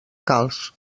calç